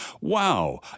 wow